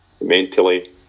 mentally